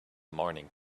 morning